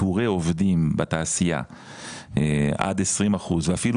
פיטורי עובדים בתעשייה עד 20 אחוזים ואפילו